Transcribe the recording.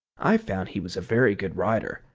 i found he was a very good rider,